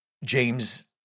James